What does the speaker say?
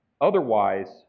Otherwise